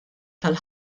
tal